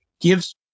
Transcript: gives